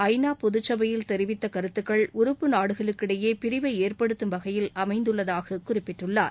ஐ நா பொதுசபையில் தெரிவித்த கருத்தகள் உறப்பு நாடுகளுக்கிடையே பிரிவை ஏற்படுத்தும் வகையில் அமைந்துள்ளதாக குறிப்பிட்டுள்ளார்